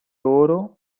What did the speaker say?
oro